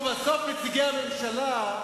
ובסוף נציגי הממשלה,